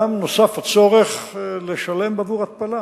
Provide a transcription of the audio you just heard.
גם נוסף הצורך לשלם עבור התפלה.